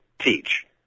teach